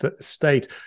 state